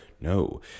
No